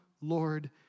Lord